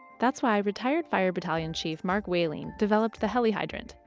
that's why i retired. fire battalion chief mark whaling developed the heli-hydrant,